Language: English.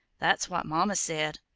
that's what mama said.